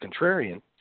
contrarian